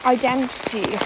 identity